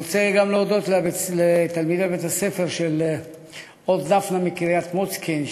אני רוצה להודות גם לתלמידי בית-הספר "אורט דפנה" מקריית-מוצקין,